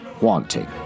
wanting